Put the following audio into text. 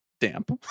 damp